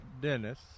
Dennis